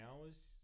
hours